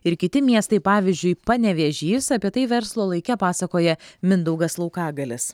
ir kiti miestai pavyzdžiui panevėžys apie tai verslo laike pasakoja mindaugas laukagalis